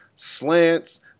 slants